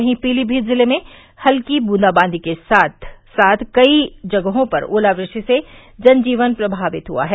वहीं पीलीमीत जिले में हल्की बूंदाबादी के साथ साथ कई जगहों पर ओलावृष्टि से जनजीवन प्रभावित हुआ है